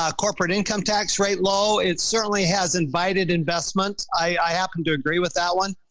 ah corporate income tax rate low. it certainly has invited investments. i happen to agree with that one.